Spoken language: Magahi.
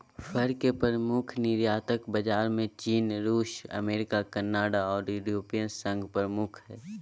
फर के प्रमुख निर्यातक बाजार में चीन, रूस, अमेरिका, कनाडा आर यूरोपियन संघ प्रमुख हई